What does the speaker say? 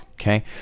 Okay